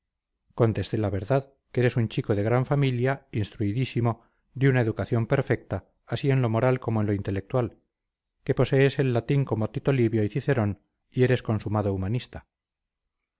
contesté la verdad que eres un chico de gran familia instruidísimo de una educación perfecta así en lo moral como en lo intelectual que posees el latín como tito livio y cicerón y eres consumado humanista